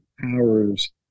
powers